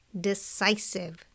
decisive